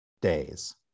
days